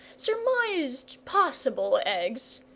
surmised possible eggs,